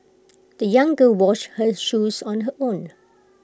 the young girl washed her shoes on her own